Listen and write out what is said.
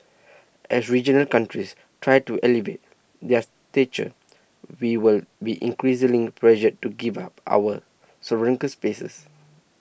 as regional countries try to elevate their stature we will be increasingly pressured to give up our spaces